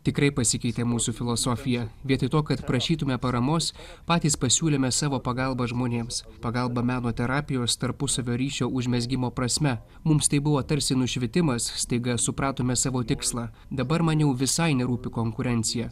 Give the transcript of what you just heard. tikrai pasikeitė mūsų filosofija vietoj to kad prašytume paramos patys pasiūlėme savo pagalbą žmonėms pagalbą meno terapijos tarpusavio ryšio užmezgimo prasme mums tai buvo tarsi nušvitimas staiga supratome savo tikslą dabar man jau visai nerūpi konkurencija